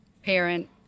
Parent